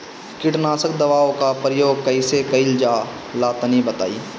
कीटनाशक दवाओं का प्रयोग कईसे कइल जा ला तनि बताई?